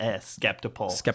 skeptical